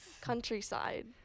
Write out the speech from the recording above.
countryside